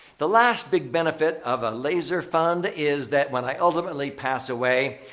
the last big benefit of a laser fund is that when i ultimately pass away,